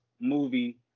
movie